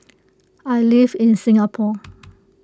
I live in Singapore